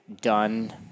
done